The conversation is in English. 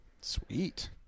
Sweet